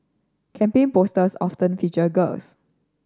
campaign posters often featured girls